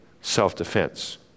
self-defense